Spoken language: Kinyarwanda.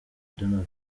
donald